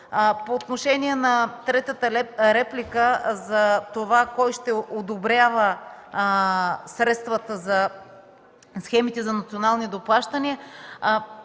По отношение на третата реплика – кой ще одобрява средствата за схемите за национални доплащания